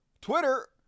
Twitter